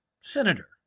Senator